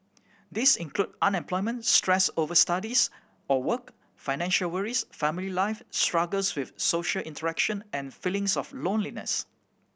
these include unemployment stress over studies or work financial worries family life struggles with social interaction and feelings of loneliness